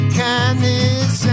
kindness